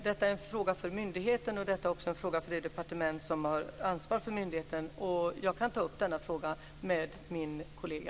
Detta är en fråga för myndigheten och för det departement som har ansvar för myndigheten. Jag kan ta upp frågan med min kollega.